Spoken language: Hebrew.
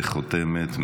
וחותמת,